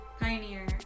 pioneer